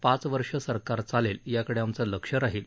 पाच वर्ष सरकार चालेल याकडे आमचं लक्ष राहील